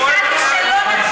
אני הצעתי שלא נצביע.